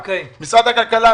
משרד הכלכלה,